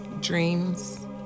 dreams